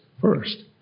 first